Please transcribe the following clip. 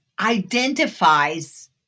identifies